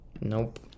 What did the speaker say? Nope